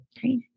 Great